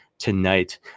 tonight